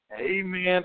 Amen